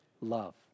love